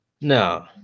No